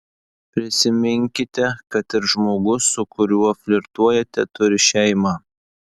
prisiminkite kad ir žmogus su kuriuo flirtuojate turi šeimą